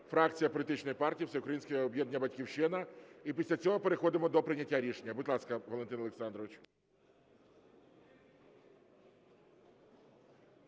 фракція політичної партії Всеукраїнське об'єднання "Батьківщина". І після цього переходимо до прийняття рішення. Будь ласка, Валентин Олександрович.